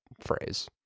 phrase